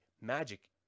magic